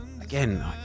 again